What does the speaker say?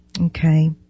Okay